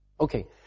Okay